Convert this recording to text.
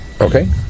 Okay